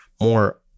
more